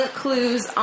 clues